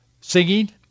singing